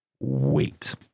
wait